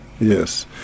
Yes